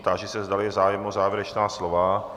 Táži se, zda je zájem o závěrečná slova.